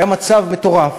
היה מצב מטורף